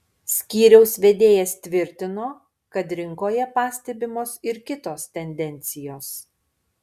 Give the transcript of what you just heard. skyriaus vedėjas tvirtino kad rinkoje pastebimos ir kitos tendencijos